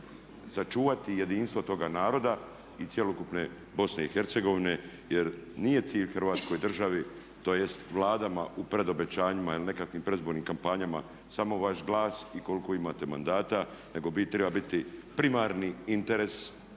sačuvati jedinstvo toga naroda i cjelokupne BiH jer nije cilj Hrvatskoj državi tj. Vladama u predobećanjima ili nekakvim predizbornim kampanjama samo vaš glas i koliko imate mandata nego treba biti primarni interes opstanak